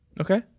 Okay